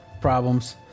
problems